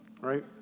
right